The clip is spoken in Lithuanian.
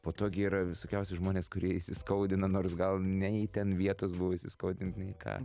po to gi yra visokiausi žmonės kurie įsiskaudina nors gal nei ten vietos buvo įskaudint nei ką